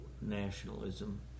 nationalism